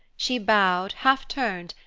she bowed, half turned,